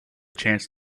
chance